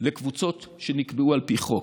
לקבוצות שנקבעו על פי חוק.